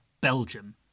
Belgium